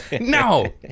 No